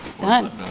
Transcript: Done